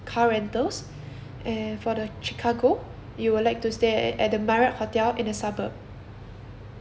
your car rentals and for the chicago you would like to stay at the marriott hotel in the suburbs